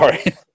sorry